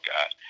God